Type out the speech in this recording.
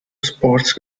sports